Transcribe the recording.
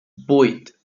vuit